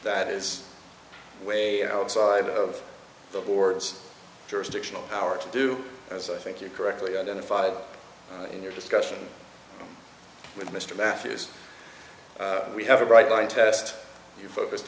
that is way outside of the board's jurisdictional power to do as i think you correctly identified in your discussion with mr matthews we have a bright line test you focused